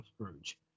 Scrooge